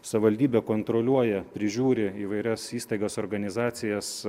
savivaldybė kontroliuoja prižiūri įvairias įstaigas organizacijas